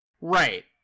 Right